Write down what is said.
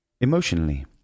emotionally